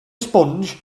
sponge